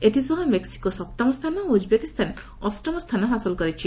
ଏଥିସହ ମେକ୍ୱିକୋ ସପ୍ତମ ସ୍ଥାନ ଓ ଉଜ୍ବେକିସ୍ଥାନ ଅଷ୍ଟମ ସ୍ଥାନ ହାସଲ କରିଛି